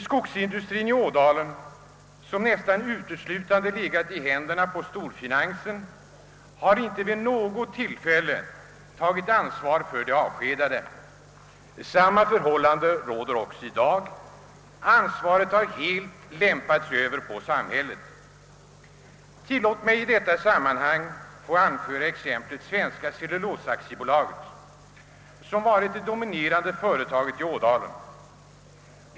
Skogsindustrien i Ådalen, som nästan uteslutande legat i händerna på storfinansen, har inte vid något tillfälle tagit ansvaret för de avskedade. Samma förhållande råder i dag. Ansvaret har helt lämpats över på samhället. Tillåt mig att i detta sammanhang få anföra exemplet Svenska cellulosaaktiebolaget, som varit det dominerande företaget i Ådalen.